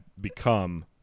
become